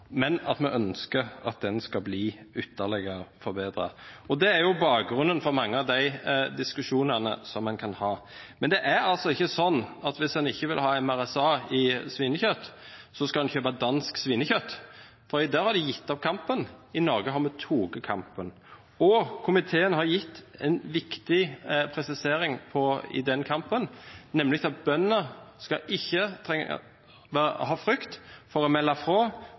men vi ønsker at den skal bli ytterligere forbedret. Det er bakgrunnen for mange av de diskusjonene som en kan ha. Men det er altså ikke sånn at hvis en ikke vil ha LA-MRSA i svinekjøtt, skal en kjøpe dansk svinekjøtt, for der har de gitt opp kampen. I Norge har vi tatt kampen, og komiteen har gitt en viktig presisering i den kampen, nemlig at bøndene ikke skal ha frykt for å melde fra